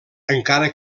encara